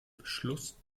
beschluss